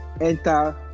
enter